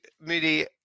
Moody